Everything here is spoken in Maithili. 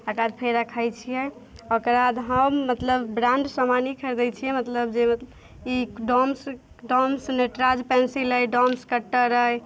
ओकरबाद फेर रखै छियै ओकरबाद हम मतलब ब्राण्ड सामान ही खरीदै छियै मतलब जे मतलब ई डोम्स डोम्स नटराज पेन्सिल अइ डोम्स कटर अइ